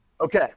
Okay